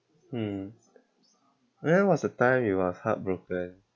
mm when was the time you are heartbroken